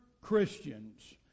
Christians